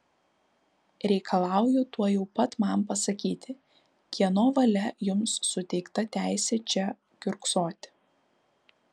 reikalauju tuojau pat man pasakyti kieno valia jums suteikta teisė čia kiurksoti